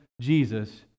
Jesus